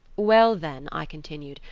well, then i continued,